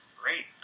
great